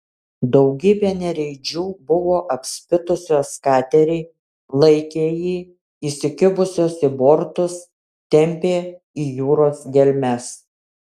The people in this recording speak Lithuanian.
daugybė nereidžių buvo apspitusios katerį laikė jį įsikibusios į bortus tempė į jūros gelmes